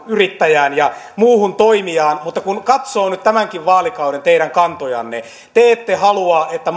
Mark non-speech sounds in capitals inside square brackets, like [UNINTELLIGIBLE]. yrittäjään ja muuhun toimijaan mutta kun katsoo nyt teidän tämänkin vaalikauden kantojanne te ette halua että [UNINTELLIGIBLE]